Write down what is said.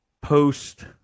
post